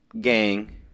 gang